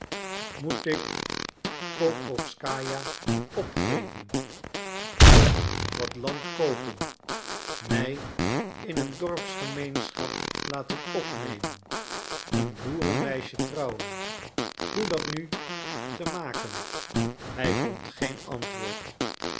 moet ik pokrowskaja opgeven nog wat land koopen mij in een dorpsgemeenschap laten opnemen een boerenmeisje trouwen hoe dat nu te maken hij vond geen antwoord